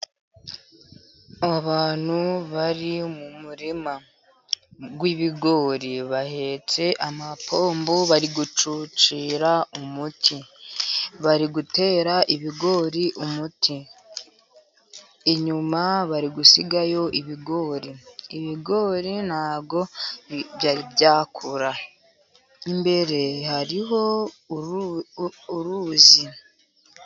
Abantu bari mu murima w'ibigori, bahetse amapombo bari gucucira umuti, bari gutera ibigori umuti. Inyuma bari gusigayo ibigori, ibigori ntabwo byari byakura, imbere hariho uruzi.